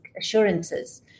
assurances